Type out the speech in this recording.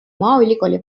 maaülikooli